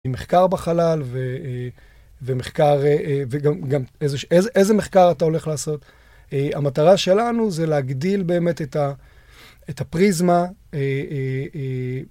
עם מחקר בחלל ומחקר, וגם איזה מחקר אתה הולך לעשות. המטרה שלנו זה להגדיל באמת את הפריזמה.